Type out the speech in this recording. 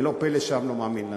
ולא פלא שהעם לא מאמין לנו.